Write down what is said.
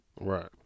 Right